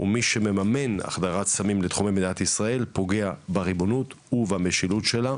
ומי שמממן החדרת סמים לתחומי מדינת ישראל פוגע בריבונות ובמשילות שלה,